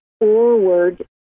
forward